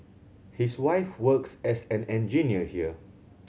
his wife works as an engineer here